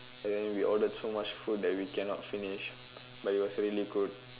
and then we ordered so much food that we cannot finish but it was really good